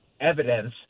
evidence